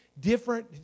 different